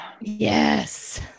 Yes